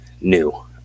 new